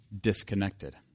Disconnected